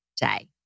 day